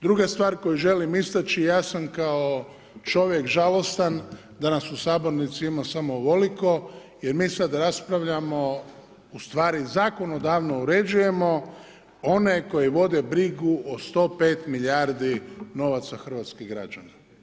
Druga stvar koju želim istaći, ja sam kao čovjek žalostan da nas u sabornici ima samo ovoliko jer mi sada raspravljamo, ustvari zakonodavno uređujemo one koji vode brigu o 105 milijardi novaca hrvatskih građana.